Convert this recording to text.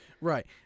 right